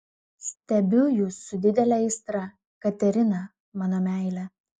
stebiu jus su didele aistra katerina mano meile